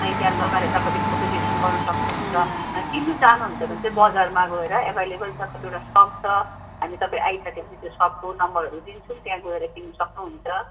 अनि त्यहाँ लगाएर तपाईँले फोटो सेसन गर्न सक्नुहुन्छ अनि किन्नु चाहनुहुन्छ भने चाहिँ बजारमा गएर एभलेबल छ कतिवटा सप छ अनि तपाईँ आइसकेपछि त्यो सपको नम्बरहरू दिन्छौँ त्यहाँ गएर किन्नु सक्नुहुन्छ